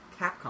Capcom